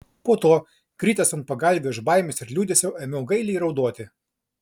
po to kritęs ant pagalvių iš baimės ir liūdesio ėmiau gailiai raudoti